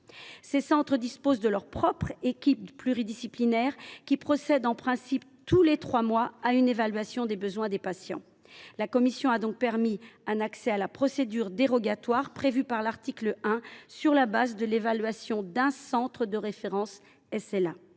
Ces centres disposent de leur propre équipe pluridisciplinaire, qui procède en principe tous les trois mois à une évaluation des besoins des patients. La commission a donc permis que l’accès à la procédure dérogatoire prévue à l’article 1 puisse se faire sur la base de l’évaluation d’un centre de référence